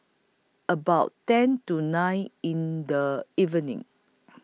about ten to nine in The evening